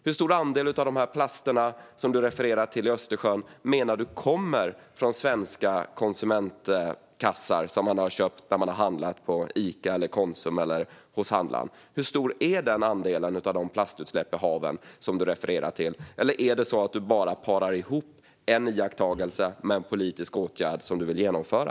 Hur stor andel av de plaster i Östersjön som du refererar till menar du kommer från svenska konsumentkassar som man har köpt när man har handlat på Ica, på Konsum eller hos handlaren? Hur stor är den andelen av de plastutsläpp i haven som du refererar till? Eller är det så att du bara parar ihop en iakttagelse med en politisk åtgärd som du vill genomföra?